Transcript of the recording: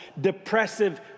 depressive